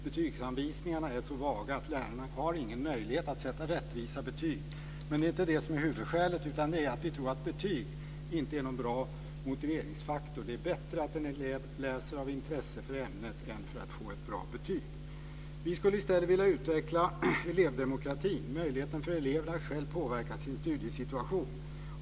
Betygsanvisningarna är så vaga att lärarna inte har någon möjlighet att sätta rättvisa betyg. Men det är inte det som är huvudskälet. Det är att vi inte tror att betyg är någon bra motiveringsfaktor. Det är bättre att en elev läser av intresse för ämnet än för att få ett bra betyg. Vi skulle i stället vilja utveckla elevdemokratin, möjligheten för eleverna att själva påverka sin studiesituation.